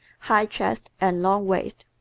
high chest and long waist.